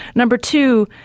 number two,